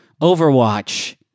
Overwatch